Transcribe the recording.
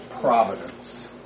providence